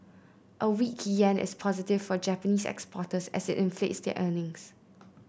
a weak yen is positive for Japanese exporters as it inflates their earnings